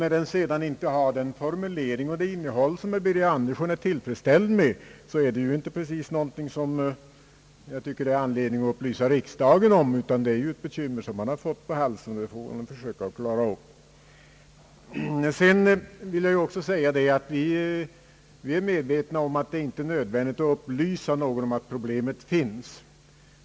Att den sedan inte har en formulering och ett innehåll, som herr Birger Andersson är tillfredsställd med, är ju inte precis någonting som det finns anledning att upplysa riksdagen om, utan det är ett bekymmer som herr Andersson har fått på halsen och som han får försöka klara upp. Vi är naturligtvis medvetna om att det inte är nödvändigt att upplysa någon om att problemet finns.